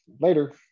Later